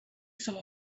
saw